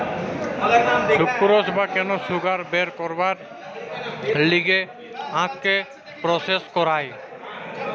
sucrose বা কেন sugar বের করবার লিগে আখকে প্রসেস করায়